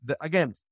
again